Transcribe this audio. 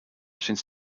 since